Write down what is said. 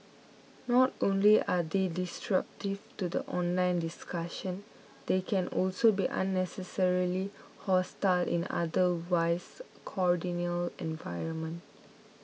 not only are they disruptive to the online discussion they can also be unnecessarily hostile in otherwise cordial environment